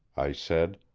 i said,